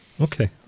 Okay